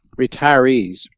retirees